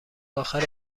آخر